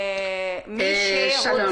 --- שלום.